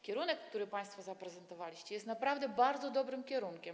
Kierunek, który państwo zaprezentowaliście, jest naprawdę bardzo dobrym kierunkiem.